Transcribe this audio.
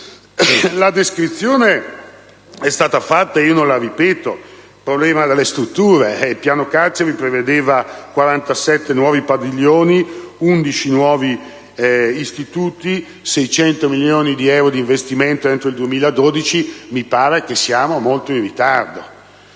La descrizione è stata fatta, e non la ripeto. Il problema delle strutture: il piano carceri prevedeva 47 nuovi padiglioni, 11 nuovi istituti, 600 milioni di euro di investimenti entro il 2012. Ebbene, mi pare che siamo molto in ritardo.